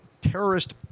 terrorist